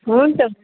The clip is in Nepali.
हुन्छ